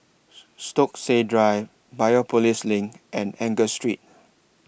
Stokesay Drive Biopolis LINK and Angus Street